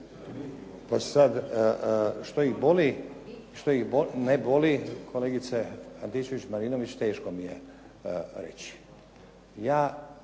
Pa sad, što ih boli, što ih ne boli kolegice Antičević-Marinović teško mi je reći. Ja